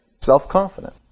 Self-confident